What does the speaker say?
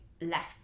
left